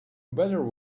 better